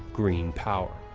green power.